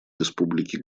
республики